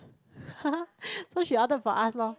haha so she ordered for us lor